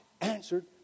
answered